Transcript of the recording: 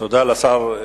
תודה לשר.